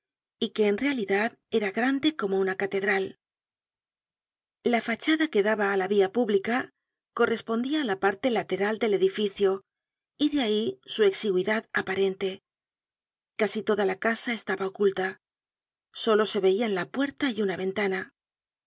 y que en realidad era grande como una catedral la fachada que daba á la vja pública correspondia á la parte lateral del edificio y de ahí su exigüidad aparente casi toda la casa estaba oculta solo se veian la puerta y una ventana